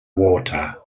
water